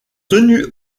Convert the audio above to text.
tenus